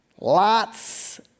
Lots